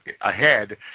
ahead